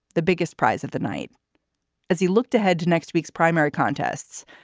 the biggest prize of the night as he looked ahead to next week's primary contests.